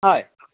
हय